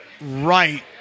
right